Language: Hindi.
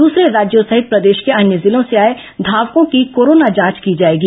दूसरे राज्यों सहित प्रदेश को अन्य जिलों से आए धावकों की कोरोना जांच की जाएगी